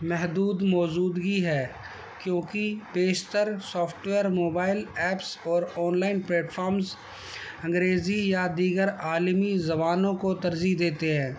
محدود موجودگی ہے کیونکہ بیشتر سافٹویئر موبائل ایپس اور آن لائن پلیٹفارمس انگریزی یا دیگر عالمی زبانوں کو ترجیح دیتے ہیں